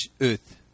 earth